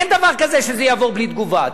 אין דבר כזה שזה יעבור בלי תגובה,